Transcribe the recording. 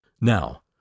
Now